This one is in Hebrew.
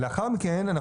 ולאחר מכן,